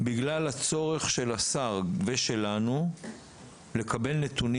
בגלל הצורך של השר ושלנו לקבל נתונים